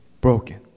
broken